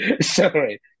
sorry